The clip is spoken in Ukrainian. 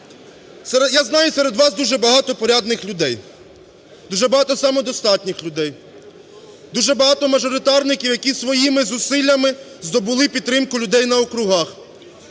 Я знаю, серед вас дуже багато порядних людей, дуже багато самодостатніх людей, дуже багато мажоритарників, які своїми зусиллями здобули підтримку людей на округах,